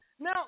Now